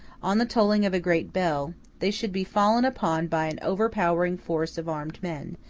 on the tolling of a great bell, they should be fallen upon by an overpowering force of armed men,